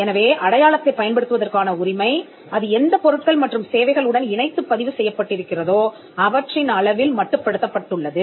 எனவே அடையாளத்தைப் பயன்படுத்துவதற்கான உரிமை அது எந்த பொருட்கள் மற்றும் சேவைகள் உடன் இணைத்துப் பதிவு செய்யப்பட்டிருக்கிறதோ அவற்றின் அளவில் மட்டுப்படுத்தப்பட்டுள்ளது